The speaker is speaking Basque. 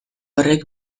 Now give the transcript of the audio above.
horrek